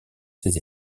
ses